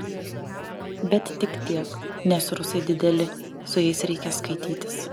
bet tik tiek nes rusai dideli su jais reikia skaitytis